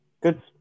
Good